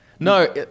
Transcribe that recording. No